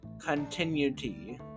continuity